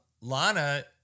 Lana